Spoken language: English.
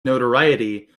notoriety